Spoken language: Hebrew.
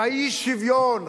ואי-שוויון.